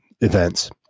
events